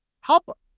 Help